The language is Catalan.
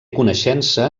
coneixença